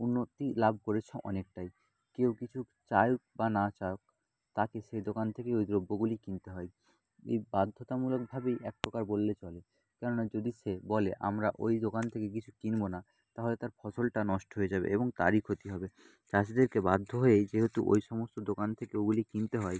উন্নতি লাভ করেছে অনেকটাই কেউ কিছু চাক বা না চাক তাকে সেই দোকান থেকে ওই দ্রব্যগুলি কিনতে হয় এই বাধ্যতা মূলকভাবেই এক প্রকার বলে চলে কারণ না যদি সে বলে আমরা ওই দোকান থেকে কিছু কিনবো না তাহলে তার ফসলটা নষ্ট হয়ে যাবে এবং তারই ক্ষতি হবে চাষিদেরকে বাধ্য হয়ে এই যেহেতু ওই সমস্ত দোকান থেকে ওগুলি কিনতে হয়